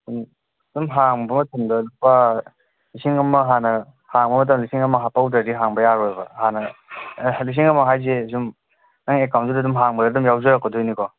ꯁꯨꯝ ꯁꯨꯝ ꯍꯥꯡꯕ ꯃꯇꯝꯗ ꯂꯨꯄꯥ ꯂꯤꯁꯤꯡ ꯑꯃ ꯍꯥꯟꯅ ꯍꯥꯡꯕ ꯃꯇꯝꯗ ꯂꯤꯁꯤꯡ ꯑꯃ ꯍꯥꯞꯍꯧꯗ꯭ꯔꯕꯗꯤ ꯍꯥꯡꯕ ꯌꯥꯔꯣꯏꯌꯦꯕ ꯍꯥꯟꯅ ꯂꯤꯁꯤꯡ ꯑꯃ ꯍꯥꯏꯔꯤꯁꯦ ꯁꯨꯝ ꯅꯪ ꯑꯦꯀꯥꯎꯟꯗꯨꯗ ꯑꯗꯨꯝ ꯍꯥꯡꯕꯗ ꯑꯗꯨꯝ ꯌꯥꯎꯖꯔꯛꯀꯗꯣꯏꯅꯤꯀꯣ